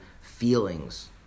feelings